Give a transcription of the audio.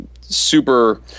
super